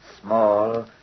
Small